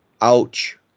ouch